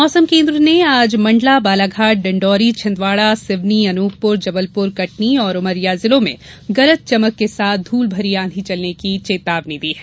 मौसम केन्द्र ने आज मंडला बालाघाट डिंडौरी छिंदवाड़ा सिवनी अनूपपुर जबलपुर कटनी और उमरिया जिलों में गरज चमक के साथ धूल भरी आंधी चलने की चेतावनी दी है